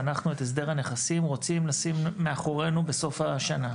ואנחנו את הסדר הנכסים רוצים לשים מאחורינו בסוף השנה.